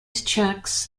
checks